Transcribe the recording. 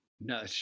No